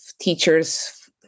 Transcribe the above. teachers